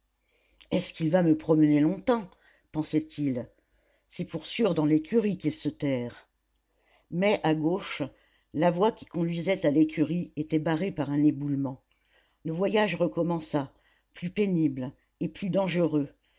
est-ce qu'il va me promener longtemps pensait-il c'est pour sûr dans l'écurie qu'il se terre mais à gauche la voie qui conduisait à l'écurie était barrée par un éboulement le voyage recommença plus pénible et plus dangereux